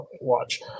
watch